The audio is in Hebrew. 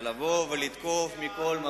זה היה,